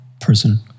person